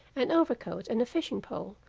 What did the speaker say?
an over-coat and a fishing pole,